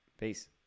Peace